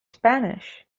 spanish